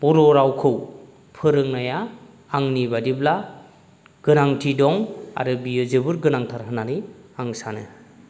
बर' रावखौ फोरोंनाया आंनि बादिब्ला गोनांथि दं आरो बेयो जोबोर गोनांथार होननानै आं सानो